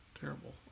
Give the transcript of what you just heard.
terrible